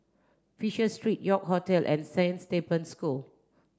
Fisher Street York Hotel and Saint Stephen's School